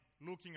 looking